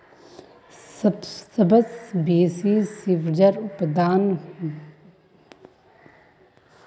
सबस बेसी सब्जिर उत्पादन भारटेर कुन राज्यत ह छेक